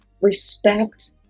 respect